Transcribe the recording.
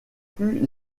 plus